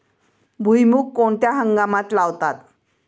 भुईमूग कोणत्या हंगामात लावतात?